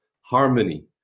harmony